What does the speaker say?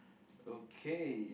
okay